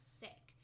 sick